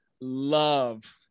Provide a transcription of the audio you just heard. love